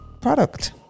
product